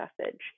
message